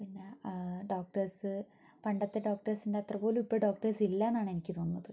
പിന്നെ ഡോക്ടേഴ്സ് പണ്ടത്തെ ഡോക്ടേഴ്സിൻ്റെ അത്രപോലും ഇപ്പോൾ ഡോക്ടേഴ്സ് ഇല്ലയെന്നാണ് എനിക്ക് തോന്നുന്നത്